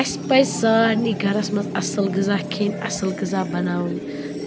اَسہِ پَزِ سارنی گَرس منٛز اَصٕل غذا کھیٚنۍ اَصٕل غذا بَناوٕنۍ